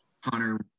Hunter